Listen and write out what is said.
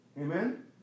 Amen